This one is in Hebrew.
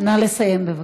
נא לסיים, בבקשה.